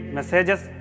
Messages